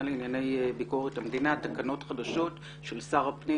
לענייני ביקורת המדינה תקנות חדשות של שר הפנים,